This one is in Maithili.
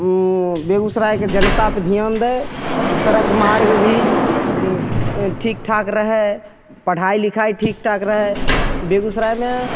बेगूसरायके जनतापर धिआन दै सड़क मार्ग भी ठीक ठाक रहै पढ़ाइ लिखाइ ठीक ठाक रहै बेगूसरायमे